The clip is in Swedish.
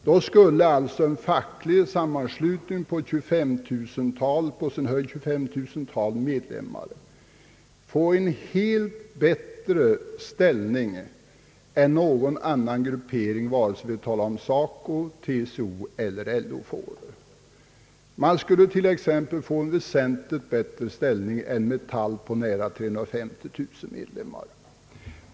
Då skulle en facklig sammanslutning med högst 25 000 medlemmar få en klart bättre ställning än någon annan grupp, vare sig det är fråga om SACO, TCO eller LO. SAC skulle få en väsentligt bättre ställning än till exempel Metall, som har nära 350 000 medlemmar.